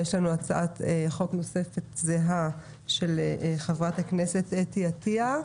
ויש לנו הצעת חוק נוספת זהה של חה"כ אתי עטייה,